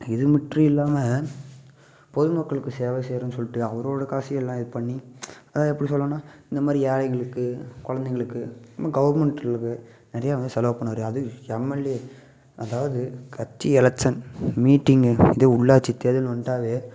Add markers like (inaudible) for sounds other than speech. இது மற்றும் இல்லாமல் பொது மக்களுக்கு சேவை செய்யிறன்னு சொல்லிட்டு அவரோட காசு எல்லாம் இது பண்ணி அதை எப்படி சொல்லானா இந்த மாதிரி ஏழைகளுக்கு குழந்தைங்களுக்கு கவர்மெண்ட்டு (unintelligible) நிறையா வந்து செலவு பண்ணார் அது எம்எல்ஏ அதாவது கட்சி எலக்ஷன் மீட்டிங்கு இது உள்ளாட்சி தேர்தல் வந்துட்டால்